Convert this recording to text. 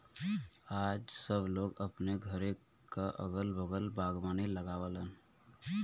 आज सब लोग अपने घरे क अगल बगल बागवानी लगावलन